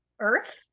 earth